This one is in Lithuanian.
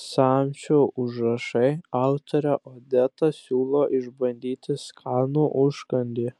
samčio užrašai autorė odeta siūlo išbandyti skanų užkandį